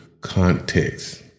context